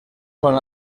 son